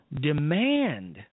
demand